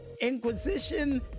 Inquisition